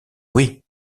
oui